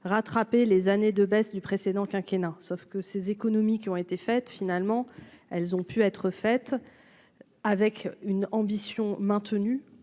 rattrapé les années de baisse du précédent quinquennat sauf que ces économies qui ont été faites, finalement, elles ont pu être faites avec une ambition maintenu